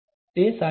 તે સાચુ છે